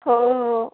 हो हो